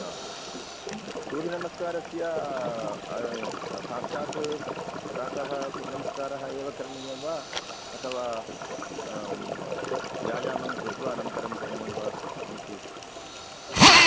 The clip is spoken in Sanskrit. सूर्यनमस्कारस्य साक्षात् प्रातः सूर्यनमस्कारः एव करणीयं वा अथवा व्यायमङ्कृत्त्वा अनन्तरं करणीयं वा किम् इति